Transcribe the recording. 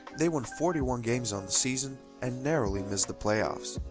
they won forty one games on the season and narrowly missed the playoffs.